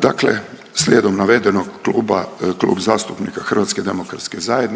Dakle, slijedom navedenog Klub zastupnika HDZ-a